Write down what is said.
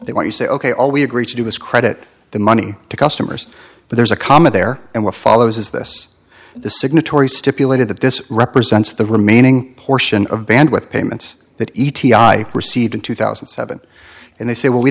they want to say ok all we agree to do is credit the money to customers but there's a comma there and what follows is this the signatory stipulated that this represents the remaining portion of bandwidth payments that e t i received in two thousand and seven and they say well we